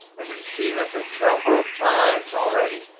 and we've seen this a number of times already.